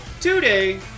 today